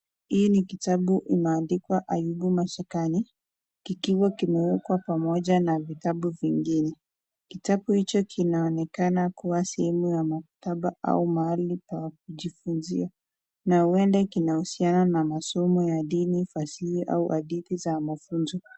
Hii ni kitabu imeandikwa Ayubu Mashakani, kikiwa kimewekwa pamoja na vitabu vingine. Kitabu hicho kinaonekana kuwa sehemu ya maktaba au mahali pa kujifunzia na huenda kinahusiana na masomo ya dini, fasihi au hadithi za mafunzo.